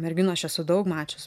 merginų aš esu daug mačius